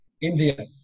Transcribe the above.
India